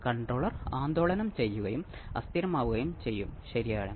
രണ്ടാമത്തേത് എ ഗുണനം ബീറ്റ ഒന്നിന് തുല്ല്യമായിരിക്കും